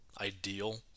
ideal